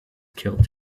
killed